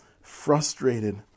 frustrated